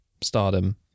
stardom